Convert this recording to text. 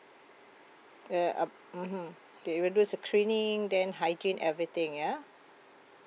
uh um mmhmm there even though it's screening then hygiene everything yeah